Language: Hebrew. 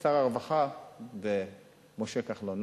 שר הרווחה ומשה כחלון.